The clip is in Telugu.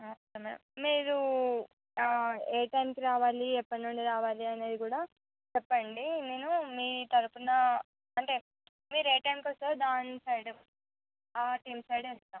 మీరు ఏ టైంకి రావాలి ఎప్పటినుండి రావాలి అనేది కూడా చెప్పండి నేను మీ తరపున అంటే మీరు ఏ టైంకి వస్తారో దాని సైడ్ టీమ్ సైడ్ వేస్తాం